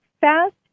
fast